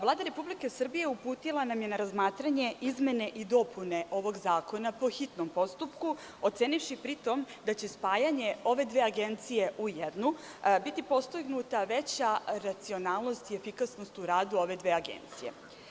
Vlada Republike Srbije uputila nam je na razmatranje izmene i dopune ovog zakona po hitnom postupku ocenivši pri tom da će spajanje ove dve agencije u jednu biti postignuta veća racionalnost i efikasnost u radu ove dve agencije.